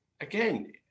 again